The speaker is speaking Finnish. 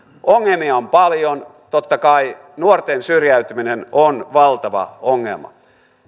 ongelmia on paljon totta kai nuorten syrjäytyminen on valtava ongelma